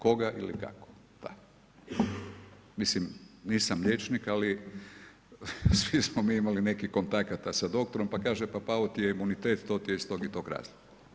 Koga ili kako, mislim nisam liječnik, ali svi smo mi imali nekih kontakata sa doktorom pa kaže pa pao ti je imunitet to ti je iz tog i tog razloga.